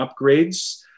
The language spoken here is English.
upgrades